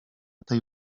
tej